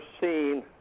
seen